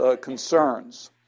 concerns